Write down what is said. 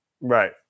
Right